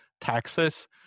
taxes